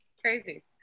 crazy